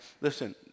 Listen